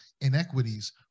inequities